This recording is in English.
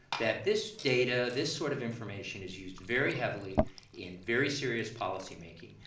that this data, this sort of information is used very heavily in very serious policy-making.